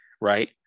right